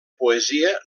poesia